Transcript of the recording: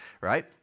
right